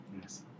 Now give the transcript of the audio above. yes